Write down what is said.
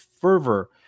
fervor